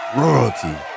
royalty